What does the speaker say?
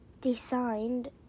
Designed